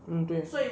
mm 对 ah